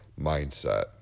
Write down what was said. mindset